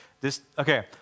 this—okay